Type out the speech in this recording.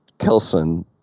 Kelson